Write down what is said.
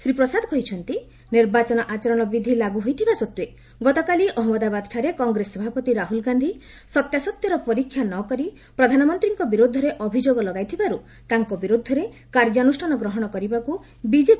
ଶ୍ରୀ ପ୍ରସାଦ କହିଛନ୍ତି ନିର୍ବାଚନ ଆଚରଣବିଧି ଲାଗୁ ହୋଇଥିବା ସତ୍ତ୍ୱେ ଗତକାଲି ଅହମ୍ମଦାବାଦଠାରେ କଂଗ୍ରେସ ସଭାପତି ରାହୁଳ ଗାନ୍ଧୀ ସତ୍ୟାସତ୍ୟର ପରୀକ୍ଷା ନ କରି ପ୍ରଧାନମନ୍ତ୍ରୀଙ୍କ ବିରୁଦ୍ଧରେ ଅଭିଯୋଗ ଲଗାଇଥିବାରୁ ତାଙ୍କ ବିରୁଦ୍ଧରେ କାର୍ଯ୍ୟାନୁଷ୍ଠାନ ଗ୍ରହଣ କରିବାକୁ ବିଜେପି ନିର୍ବାଚନ କମିଶନଙ୍କୁ ଅନୁରୋଧ କରିଛି